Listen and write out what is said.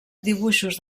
dibuixos